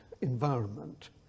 environment